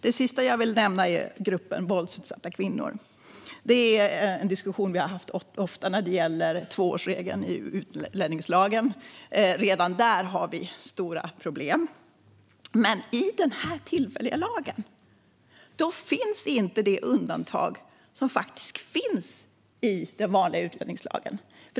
Det sista jag vill nämna är gruppen våldsutsatta kvinnor. Det är en diskussion vi har haft ofta när det gäller tvåårsregeln i utlänningslagen. Redan där har vi stora problem, men i den tillfälliga lagen finns inte det undantag som finns i den vanliga utlänningslagen.